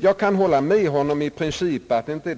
Jag kan hålla med honom i princip att vi inte